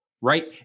right